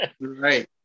Right